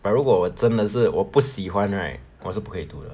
but 如果我真的是我不喜欢 right 我是不会读的